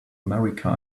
america